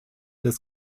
des